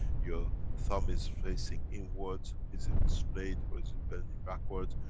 your thumb is facing inwards. is it a straight or is it bent in backwards?